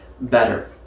better